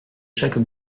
chaque